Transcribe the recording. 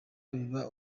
biba